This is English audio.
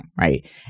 right